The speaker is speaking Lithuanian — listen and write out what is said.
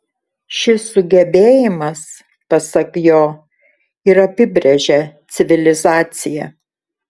šis sugebėjimas pasak jo ir apibrėžia civilizaciją